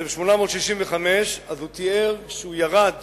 אז הוא תיאר שהוא ירד